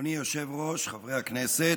אדוני היושב-ראש, חברי הכנסת,